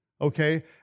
okay